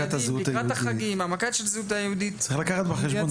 לקראת החגים והעמקה של הזהות היהודית --- צריך לקחת בחשבון,